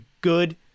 good